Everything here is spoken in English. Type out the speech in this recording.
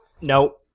Nope